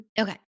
Okay